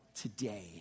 today